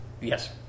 Yes